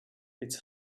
it’s